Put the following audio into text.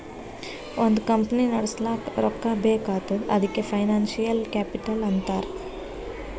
ಒಂದ್ ಕಂಪನಿ ನಡುಸ್ಲಾಕ್ ರೊಕ್ಕಾ ಬೇಕ್ ಆತ್ತುದ್ ಅದಕೆ ಫೈನಾನ್ಸಿಯಲ್ ಕ್ಯಾಪಿಟಲ್ ಅಂತಾರ್